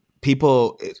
people